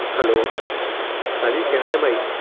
hello ہاں جی کیا حال ہے بھائی